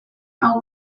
hau